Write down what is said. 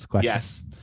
Yes